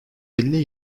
elli